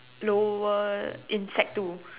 lower in sec two